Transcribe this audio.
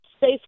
safe